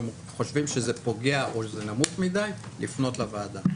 חושבים שזה פוגע או שזה נמוך מדי ולפנות לוועדה.